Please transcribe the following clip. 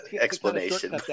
explanation